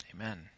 amen